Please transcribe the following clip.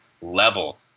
level